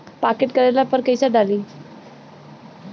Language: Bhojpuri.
पॉकेट करेला पर कैसे डाली?